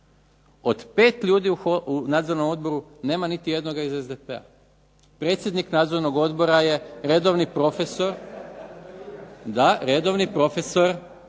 Od pet ljudi u Nadzornom odboru nema niti jednoga iz SDP-a. Predsjednik Nadzornog odbora je redovni profesor, da redovni profesor